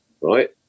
right